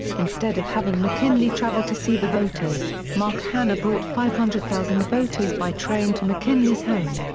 instead of having mckinley travel to see the voters, mark hanna brought five hundred thousand voters by train to mckinley's home.